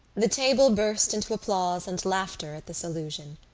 the table burst into applause and laughter at this allusion.